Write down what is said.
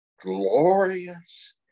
glorious